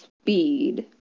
speed